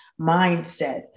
mindset